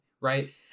right